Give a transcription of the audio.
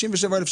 כן.